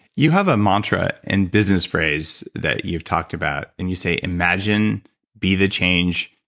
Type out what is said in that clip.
you have a mantra and business phrase that you've talked about, and you say, imagine be the change,